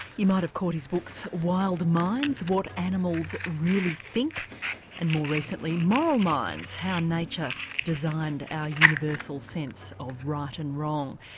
you might have caught his books wild minds what animals really think and more recently, moral minds how nature designed our universal sense of right and wrong.